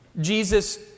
Jesus